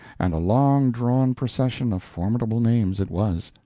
and a long-drawn procession of formidable names it was!